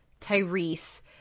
Tyrese